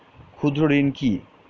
ক্ষুদ্র ঋণ কি?